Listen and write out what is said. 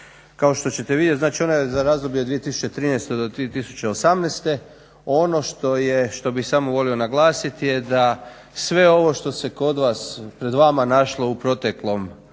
kao što ćete vidjeti za razdoblje od 2013.do 2018. Ono što bih samo volio naglasiti da sve ono što se kod vas pred vama našlo u proteklom